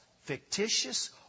fictitious